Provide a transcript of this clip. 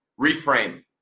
reframe